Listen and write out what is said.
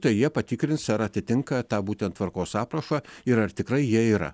tai jie patikrins ar atitinka tą būtent tvarkos aprašą ir ar tikrai jie yra